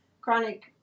chronic